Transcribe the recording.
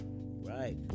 right